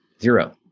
zero